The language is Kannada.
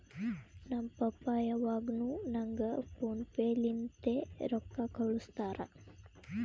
ನಮ್ ಪಪ್ಪಾ ಯಾವಾಗ್ನು ನಂಗ್ ಫೋನ್ ಪೇ ಲಿಂತೆ ರೊಕ್ಕಾ ಕಳ್ಸುತ್ತಾರ್